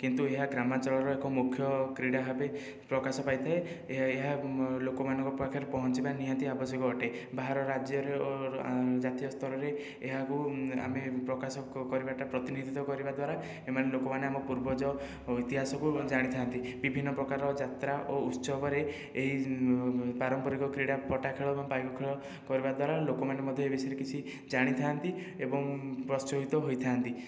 କିନ୍ତୁ ଏହା ଗ୍ରାମାଞ୍ଚଳର ଏକ ମୁଖ୍ୟ କ୍ରୀଡ଼ା ଭାବେ ପ୍ରକାଶ ପାଇଥାଏ ଏହା ଲୋକମାନଙ୍କ ପାଖରେ ପହଞ୍ଚିବା ନିହାତି ଆବଶ୍ୟକ ଅଟେ ବାହାର ରାଜ୍ୟର ଜାତୀୟ ସ୍ତରରେ ଏହାକୁ ଆମେ ପ୍ରକାଶ କରିବାଟା ପ୍ରତିନିଧିତ୍ଵ କରିବା ଦ୍ୱାରା ଏମାନେ ଲୋକମାନେ ଆମର ପୂର୍ବଜ ଇତିହାସକୁ ଜାଣିଥାନ୍ତି ବିଭିନ୍ନ ପ୍ରକାରର ଯାତ୍ରା ଓ ଉତ୍ସବରେ ଏହି ପାରମ୍ପରିକ କ୍ରୀଡ଼ା ପଟା ଖେଳ ଏବଂ ପାଇକ ଖେଳ କରିବା ଦ୍ୱାରା ଲୋକମାନେ ମଧ୍ୟ ଏ ବିଷୟରେ କିଛି ଜାଣିଥାନ୍ତି ଏବଂ ପ୍ରତ୍ସୋହିତ ହୋଇଥାନ୍ତି